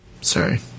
Sorry